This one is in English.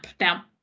now